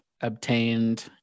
obtained